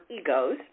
egos